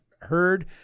heard